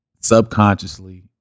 subconsciously